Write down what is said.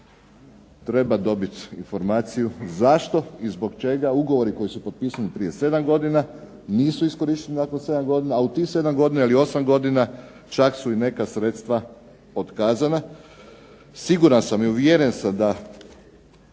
treba dobiti informaciju zašto i zbog čega ugovori koji su potpisani prije 7 godina nisu iskorišteni nakon 7 godina, a u tih 7 godina ili 8 godina čak su i neka sredstva otkazana. Siguran sam i uvjeren sam da